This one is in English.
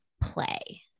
play